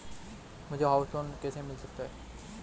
मुझे house loan कैसे मिल सकता है?